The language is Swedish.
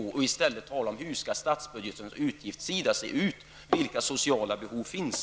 Man borde i stället tala om hur statsbudgetens utgiftssida skall se ut och vilka sociala behov som finns.